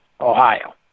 Ohio